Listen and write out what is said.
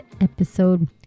episode